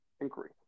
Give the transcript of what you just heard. Inquiry